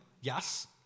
Yes